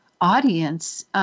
audience